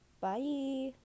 Bye